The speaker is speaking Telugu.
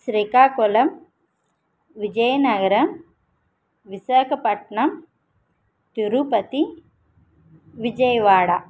శ్రీకాకుళం విజయనగరం విశాఖపట్నం తిరుపతి విజయవాడ